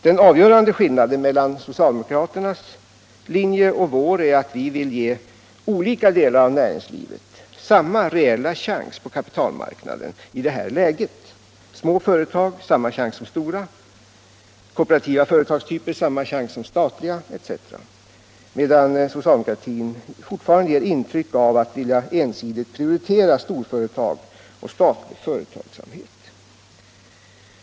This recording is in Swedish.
Den avgörande skillnaden mellan socialdemokraternas linje och vår är att vi vill ge olika delar av näringslivet samma reella chans på kapitalmarknaden i det här läget — små företag samma chans som stora, kooperativa företagstyper samma chans som statliga, etc. — medan socialdemokratin fortfarande ger intryck av att vilja ensidigt prioritera storföretag och statlig företagsamhet.